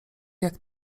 jak